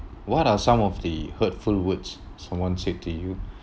what are some of the hurtful words someone said to you